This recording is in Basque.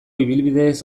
ibilbideez